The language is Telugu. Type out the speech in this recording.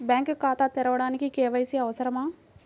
బ్యాంక్ ఖాతా తెరవడానికి కే.వై.సి అవసరమా?